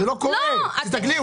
תסתכלי,